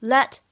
Let